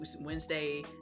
wednesday